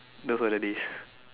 those were the days